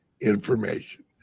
information